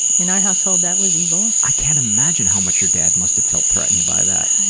in our household that was evil. i can't imagine how much your dad must have felt threatened by that.